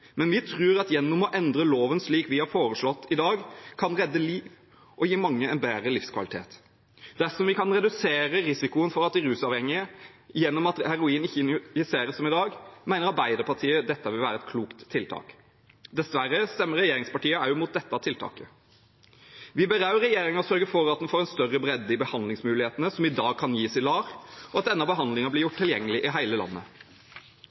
men vi tror at vi gjennom å endre loven slik vi har foreslått i dag, kan redde liv og gi mange en bedre livskvalitet. Dersom vi kan redusere risikoen for de rusavhengige gjennom at heroin ikke injiseres som i dag, mener Arbeiderpartiet dette vil være et klokt tiltak. Dessverre stemmer regjeringspartiene også imot dette tiltaket. Vi ber også regjeringen sørge for at en får en større bredde i behandlingsmulighetene som i dag kan gis i LAR, og at denne behandlingen blir gjort tilgjengelig i hele landet.